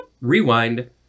Rewind